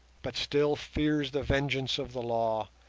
but still fears the vengeance of the law,